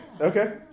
Okay